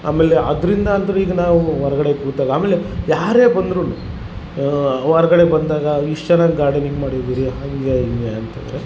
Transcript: ಆಮೇಲೆ ಅದರಿಂದ ಅಂದ್ರೆ ಈಗ ನಾವು ಹೊರ್ಗಡೆ ಕೂತಾಗ ಆಮೇಲೆ ಯಾರೇ ಬಂದ್ರು ಹೊರ್ಗಡೆ ಬಂದಾಗ ಇಷ್ಟುಚೆನಾಗ್ ಗಾರ್ಡನಿಂಗ್ ಮಾಡಿದಿರಿ ಹಂಗೆ ಹಿಂಗೆ ಅಂತೇಳಿ